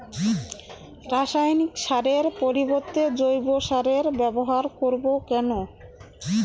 রাসায়নিক সারের পরিবর্তে জৈব সারের ব্যবহার করব কেন?